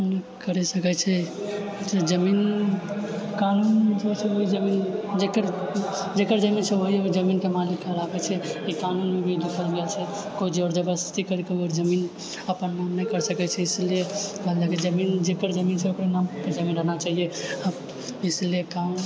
करी सकै छै जमीन कानून जकर जकर जमीन छै वही ओ जमीनके मालिक कहलाबै छै कानून भी छै कोइ जोर जबरदस्ती करिके ओकर जमीन अपन नाम नहि करि सकै छै इसीलिए कहल जाइ छै जकर जमीन छै ओकरा नामपर जमीन रहना चाहिए इसीलिए गाँव